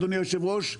אדוני היושב-ראש,